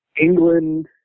England